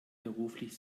beruflich